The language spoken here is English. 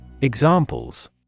Examples